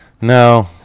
No